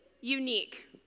unique